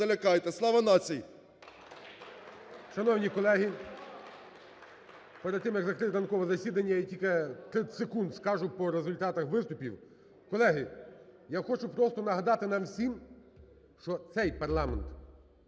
(Оплески) ГОЛОВУЮЧИЙ. Шановні колеги, перед тим як закрити ранкове засідання, і тільки 30 секунд скажу по результатам виступів. Колеги, я просто хочу нагадати нам всім, що цей парламент